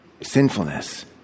sinfulness